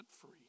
free